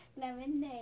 lemonade